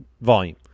volume